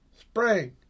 Spring